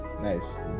nice